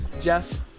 Jeff